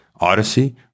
Odyssey